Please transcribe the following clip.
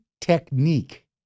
technique